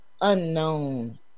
unknown